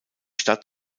stadt